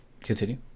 continue